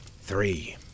Three